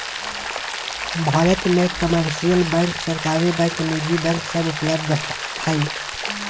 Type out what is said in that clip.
भारत मे commercial bank, सरकारी bank, निजी बैंक सब उपलब्ध हय